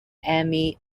emmy